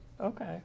Okay